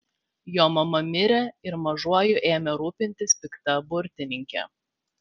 jo mama mirė ir mažuoju ėmė rūpintis pikta burtininkė